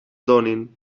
donin